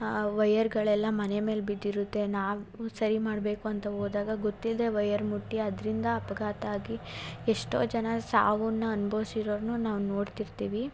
ಆ ವೈಯರ್ಗಳೆಲ್ಲ ಮನೆ ಮೇಲೆ ಬಿದ್ದಿರುತ್ತೆ ನಾವು ಸರಿ ಮಾಡಬೇಕು ಅಂತ ಹೋದಾಗ ಗೊತ್ತಿಲ್ಲದೇ ವೈಯರ್ ಮುಟ್ಟಿ ಅದರಿಂದ ಅಪಘಾತ ಆಗಿ ಎಷ್ಟೋ ಜನ ಸಾವನ್ನು ಅನ್ಭವ್ಸಿರೋರನ್ನೂ ನಾವು ನೋಡ್ತಿರ್ತೀವಿ